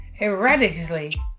erratically